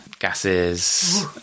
Gases